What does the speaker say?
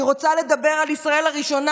אני רוצה לדבר על ישראל הראשונה,